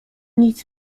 nic